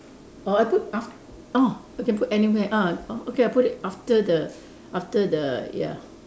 orh I put af~ orh you can put anywhere ah orh okay I put it after the after the ya